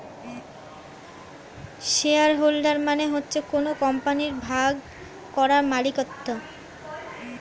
share holder মানে হচ্ছে কোন কোম্পানির ভাগ করা মালিকত্ব